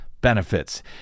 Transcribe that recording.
benefits